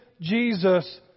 Jesus